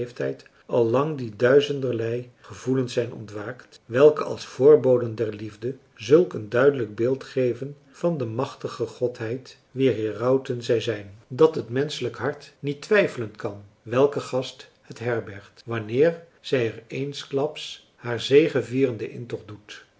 al lang die duizenderlei gevoelens zijn ontwaakt welke als voorboden der liefde zulk een duidelijk beeld geven van de machtige godheid wier herauten zij zijn dat het menschelijk hart niet twijfelen kan welke gast het herbergt wanneer zij er eensklaps haar zegevierenden intocht doet